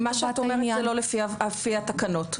--- מה שאת אומרת זה לא לפי התקנות.